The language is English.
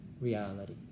reality